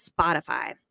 Spotify